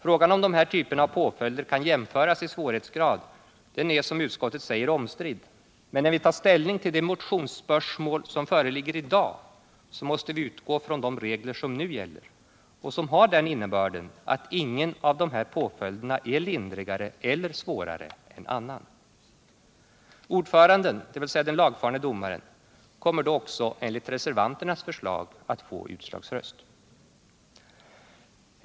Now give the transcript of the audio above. Frågan huruvida dessa typer av påföljder kan jämföras i svårighetsgrad är, som utskottet säger, omstridd. När vi tar ställning till det motionsspörsmål som föreligger i dag, måste vi utgå från de regler som nu gäller och som har den innebörden att ingen av dessa påföljder är lindrigare eller svårare än de andra. Ordföranden, dvs. den lagfarne domaren, kommer då också enligt reservanternäs förslag att få utslagsröst.